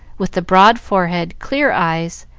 with the broad forehead, clear eyes,